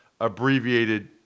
abbreviated